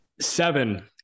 Seven